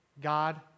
God